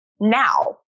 now